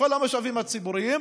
בכל המשאבים הציבוריים.